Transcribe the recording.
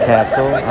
Castle